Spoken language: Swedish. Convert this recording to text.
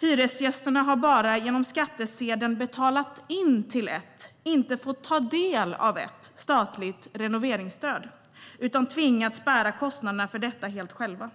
Hyresgästerna har bara genom skattsedeln betalat in till, inte fått ta del av, ett statligt renoveringsstöd, och tvingats att bära kostnaderna för renoveringarna helt själva.